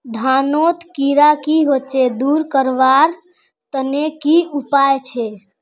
धानोत कीड़ा की होचे दूर करवार तने की उपाय छे?